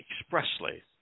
expressly